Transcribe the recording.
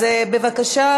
אז בבקשה,